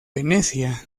venecia